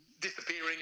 disappearing